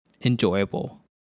enjoyable